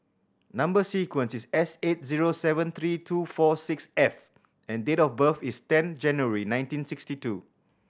number sequence is S eight zero seven three two four six F and date of birth is ten January nineteen sixty two